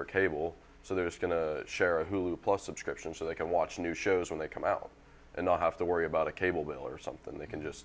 for cable so there's going to share a hoopla subscription so they can watch new shows when they come out and i have to worry about a cable bill or something they can just